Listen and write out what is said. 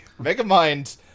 Megamind